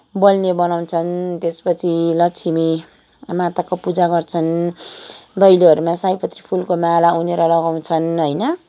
बल्ने बनाउँछन् त्यसपछि लक्ष्मीमाताको पुजा गर्छन् दैलोहरूमा सयपत्री फुलको माला उनेर लगाउँछन् होइन